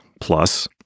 plus